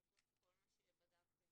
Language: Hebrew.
בתוך כל מה שבדקתם,